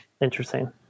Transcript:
interesting